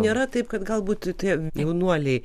nėra taip kad galbūt tie jaunuoliai